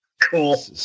cool